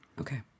Okay